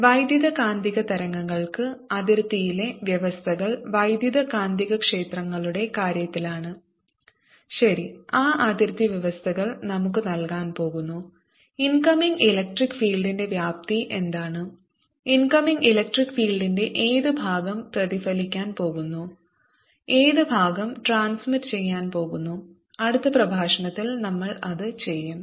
വൈദ്യുതകാന്തിക തരംഗങ്ങൾക്ക് അതിർത്തിയിലെ വ്യവസ്ഥകൾ വൈദ്യുത കാന്തികക്ഷേത്രങ്ങളുടെ കാര്യത്തിലാണ് ശരി ആ അതിർത്തി വ്യവസ്ഥകൾ നമുക്ക് നൽകാൻ പോകുന്നു ഇൻകമിംഗ് ഇലക്ട്രിക് ഫീൽഡിന്റെ വ്യാപ്തി എന്താണ് ഇൻകമിംഗ് ഇലക്ട്രിക് ഫീൽഡിന്റെ ഏത് ഭാഗം പ്രതിഫലിപ്പിക്കാൻ പോകുന്നു എന്ത് ഭാഗം ട്രാൻസ്മിറ്റ ചെയ്യാൻ പോകുന്നു അടുത്ത പ്രഭാഷണത്തിൽ നമ്മൾ അത് ചെയ്യും